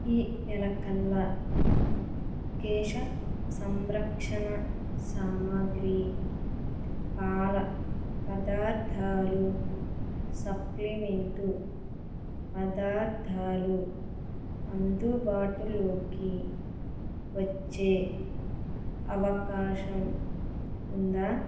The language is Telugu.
ఈ నెల కల్లా కేశ సంరక్షణ సామాగ్రి పాల పదార్ధాలు సప్లిమెంటు పదార్ధాలు అందుబాటులోకి వచ్చే అవకాశం ఉందా